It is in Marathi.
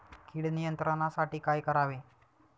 कीड नियंत्रणासाठी काय करावे?